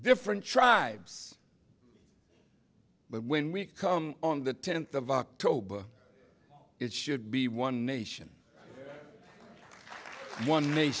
different tribes but when we come on the tenth of october it should be one nation one